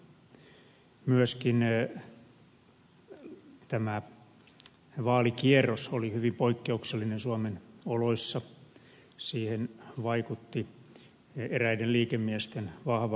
myöskin tämä vaalikierros oli hyvin poikkeuksellinen suomen oloissa siihen vaikutti eräiden liikemiesten vahva ohjaus